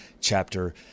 chapter